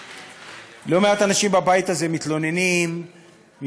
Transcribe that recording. לא מעט אנשים בבית הזה מתלוננים מפעם